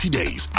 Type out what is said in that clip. days